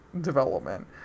development